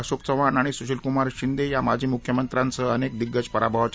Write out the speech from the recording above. अशोक चव्हाण आणि सुशीलकुमार शिंदे ह्या माजी मुख्यमंत्र्यांसह अनेक दिग्गज पराभवाच्या